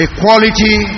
Equality